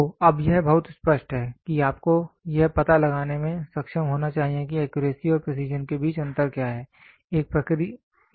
तो अब यह बहुत स्पष्ट है कि आपको अब यह पता लगाने में सक्षम होना चाहिए कि एक्यूरेसी और प्रेसीजन के बीच अंतर क्या है